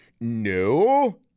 No